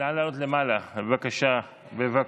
נא לעלות למעלה, בבקשה.